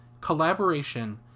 Collaboration